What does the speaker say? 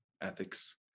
ethics